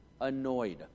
annoyed